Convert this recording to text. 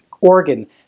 organ